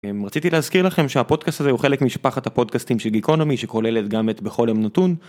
רציתי להזכיר לכם שהפודקאסט הזה הוא חלק משפחת הפודקאסטים של גיקונומי שכוללת גם את בכל יום נתון.